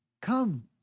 come